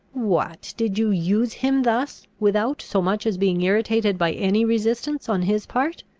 what, did you use him thus, without so much as being irritated by any resistance on his part?